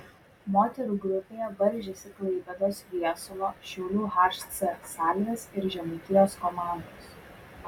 moterų grupėje varžėsi klaipėdos viesulo šiaulių hc salvės ir žemaitijos komandos